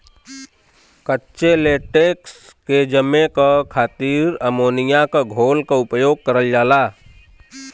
कच्चे लेटेक्स के जमे क खातिर अमोनिया क घोल क उपयोग करल जाला